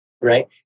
right